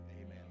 Amen